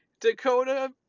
Dakota